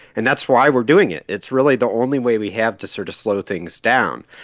and that's why we're doing it. it's really the only way we have to sort of slow things down.